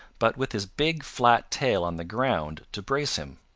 but with his big flat tail on the ground to brace him,